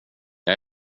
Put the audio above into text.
jag